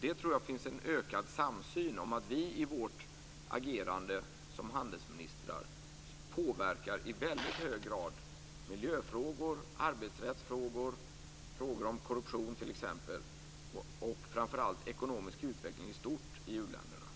Jag tror att det finns en ökad samsyn om att vi genom vårt agerande som handelsministrar i väldigt hög grad påverkar miljöfrågor, arbetsrättsfrågor, frågor om korruption och, framför allt, ekonomisk utveckling i stort i u-länderna.